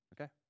Okay